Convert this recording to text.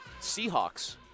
Seahawks